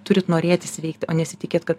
turit norėti sveikti o nesitikėt kad